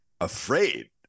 afraid